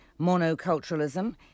monoculturalism